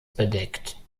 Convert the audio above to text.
bedeckt